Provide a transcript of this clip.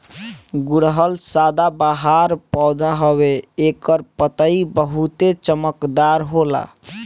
गुड़हल सदाबाहर पौधा हवे एकर पतइ बहुते चमकदार होला